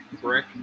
Brick